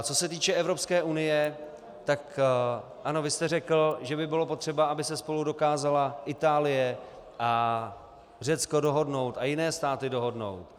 Co se týče Evropské unie, tak ano, vy jste řekl, že by bylo potřeba, aby se spolu dokázala Itálie a Řecko dohodnout a jiné státy dohodnout.